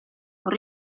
con